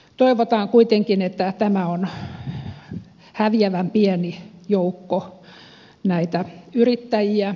toivotaan kuitenkin että tämä on häviävän pieni joukko näitä yrittäjiä